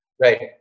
Right